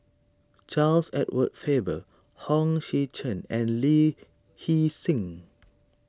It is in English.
Charles Edward Faber Hong Sek Chern and Lee Hee Seng